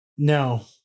No